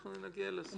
אנחנו נגיע לזכויות שלה.